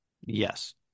Yes